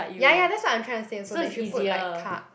ya ya that's what I'm trying to say also they should put like car